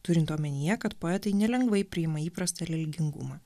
turint omenyje kad poetai nelengvai priima įprastą religingumą